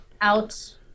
out